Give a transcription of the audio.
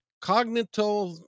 cognitive